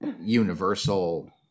Universal